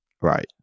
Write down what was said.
right